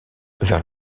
vers